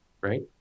Right